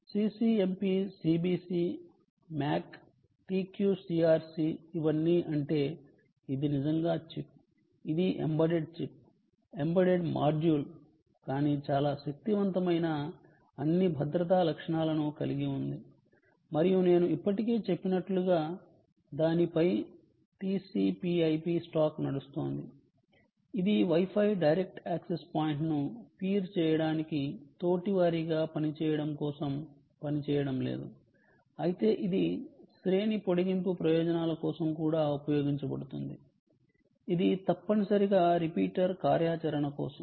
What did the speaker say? CCMP CBC MAC TQ CRC ఇవన్నీ అంటే ఇది నిజంగా చిప్ ఇది ఎంబెడెడ్ చిప్ ఎంబెడెడ్ మాడ్యూల్ కానీ చాలా శక్తివంతమైన అన్ని భద్రతా లక్షణాలను కలిగి ఉంది మరియు నేను ఇప్పటికే చెప్పినట్లుగా దానిపై TCPIP స్టాక్ నడుస్తోంది ఇది వై ఫై డైరెక్ట్ యాక్సెస్ పాయింట్ను పీర్ చేయడానికి తోటివారిగా పనిచేయడం కోసం పనిచేయడం లేదు అయితే ఇది శ్రేణి పొడిగింపు ప్రయోజనాల కోసం కూడా ఉపయోగించబడుతుంది ఇది తప్పనిసరిగా రిపీటర్ కార్యాచరణ కోసం